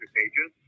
pages